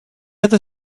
other